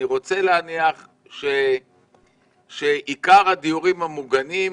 אני רוצה להניח שעיקר הדיורים המוגנים,